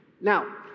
Now